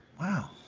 Wow